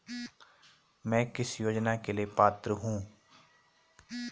मैं किस योजना के लिए पात्र हूँ?